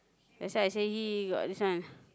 that's why I say he got this one